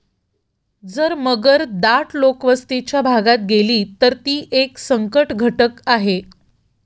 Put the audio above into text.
जर मगर दाट लोकवस्तीच्या भागात गेली, तर ती एक संकटघटक आहे